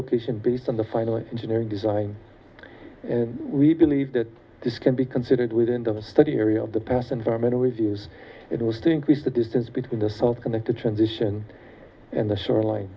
location based on the final engineering design we believe that this can be considered within the study area of the past environmental reviews it was to increase the distance between the south connect the transition and the shoreline